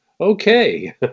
Okay